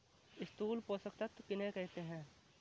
स्थूल पोषक तत्व किन्हें कहते हैं?